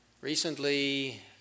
Recently